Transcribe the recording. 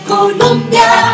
Colombia